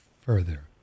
further